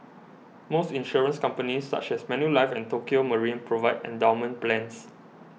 most insurance companies such as Manulife and Tokio Marine provide endowment plans